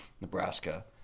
Nebraska